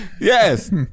Yes